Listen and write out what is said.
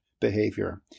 behavior